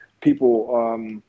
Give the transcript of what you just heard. people